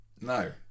no